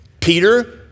peter